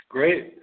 Great